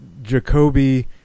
Jacoby